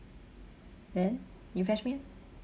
then you fetch me ah